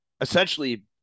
essentially